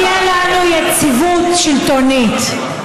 מגיעה לנו יציבות שלטונית.